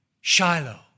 Shiloh